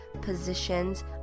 positions